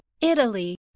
Italy